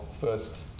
First